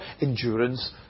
endurance